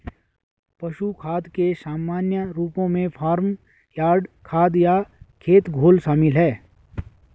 पशु खाद के सामान्य रूपों में फार्म यार्ड खाद या खेत घोल शामिल हैं